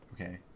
Okay